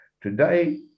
Today